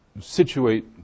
situate